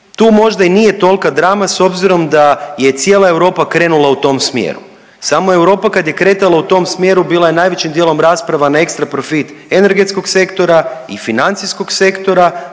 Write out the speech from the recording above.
tu možda i nije tolka drama s obzirom da je cijela Europa krenula u tom smjeru, samo Europa kad je kretala u tom smjeru bila je najvećim dijelom rasprava na ekstra profit energetskog sektora i financijskog sektora,